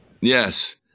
Yes